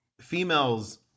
Females